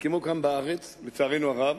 בארץ, לצערנו הרב,